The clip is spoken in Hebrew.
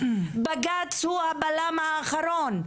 בג"צ הוא הבלם האחרון,